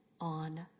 on